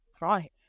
Right